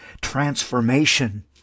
transformation